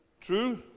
True